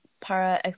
para